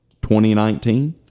2019